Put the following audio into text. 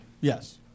Yes